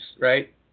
right